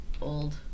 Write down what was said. old